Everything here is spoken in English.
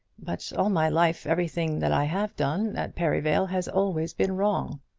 but all my life everything that i have done at perivale has always been wrong.